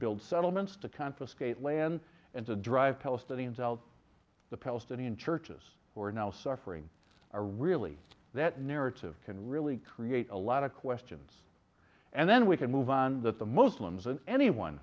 build settlements to confiscate land and to drive palestinians out the palestinian churches who are now suffering are really that narrative can really create a lot of questions and then we can move on that the muslims and anyone